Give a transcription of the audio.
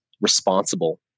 responsible